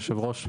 היושב ראש,